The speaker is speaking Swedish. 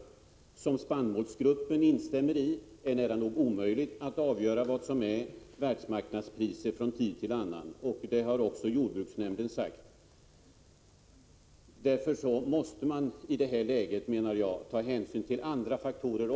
Spannmålsgruppen instämmer i detta. Man säger att det är nära nog omöjligt att avgöra vad som är världsmarknadspriser från tid till annan. Även jordbruksnämnden har sagt detta. Därför menar jag att man i detta läge även måste ta hänsyn till andra faktorer.